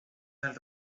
del